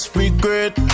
regret